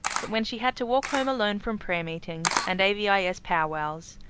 but when she had to walk home alone from prayer meetings and a v i s. pow-wows,